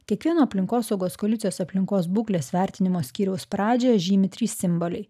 kiekvieno aplinkosaugos koalicijos aplinkos būklės vertinimo skyriaus pradžią žymi trys simboliai